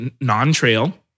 non-trail